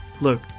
Look